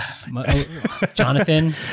Jonathan